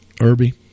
Irby